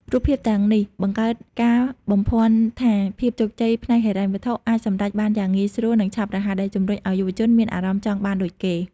រូបភាពទាំងនេះបង្កើតការបំភាន់ថាភាពជោគជ័យផ្នែកហិរញ្ញវត្ថុអាចសម្រេចបានយ៉ាងងាយស្រួល និងឆាប់រហ័ស ដែលជំរុញឱ្យយុវជនមានអារម្មណ៍ចង់បានដូចគេ។